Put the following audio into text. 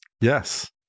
Yes